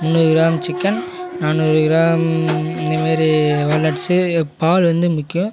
முந்நூறு gram chicken நானூறு gram இந்த மாதிரி வால்நட்ஸு பால் வந்து முக்கியம்